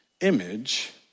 image